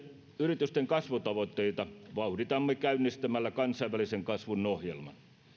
yritysten kasvutavoitteita vauhditamme käynnistämällä kansainvälisen kasvun ohjelman